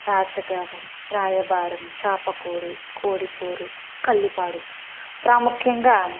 రాజగారు రాయబారం చేప కూడి కోడి కూరు కల్లిపాడు ప్రాముఖ్యంగా